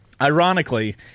ironically